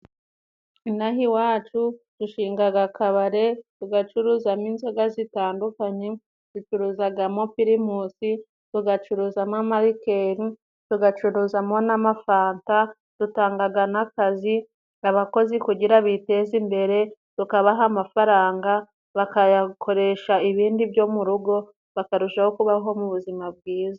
Inaha iwacu dushinga akabare tugacuruzamo inzoga zitandukanye ducuruzamo: pirimusi, tugacuruzamo n'amarikeli, tugacuruzamo n'amafanta, dutanga n'akazi, abakozi kugira biteze imbere, tukabaha amafaranga bakayakoresha ibindi byo murugo bakarushaho kubaho mu buzima bwiza.